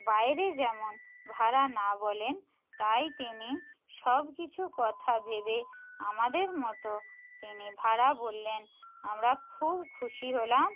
বাইরে যেমন ভাড়া না বলেন তাই তিনি সব কিছু কথা ভেবে আমাদের মতো তিনি ভাড়া বললেন আমরা খুব খুশি হলাম